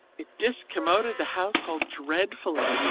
it discommoded the household dreadfully,